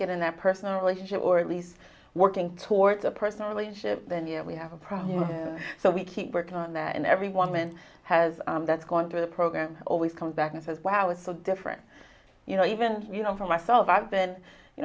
getting that personal relationship or at least working towards a personal relationship then you know we have a problem so we keep working on that and everyone man has that's gone through the program always comes back and says wow it's so different you know even you know for myself i've been you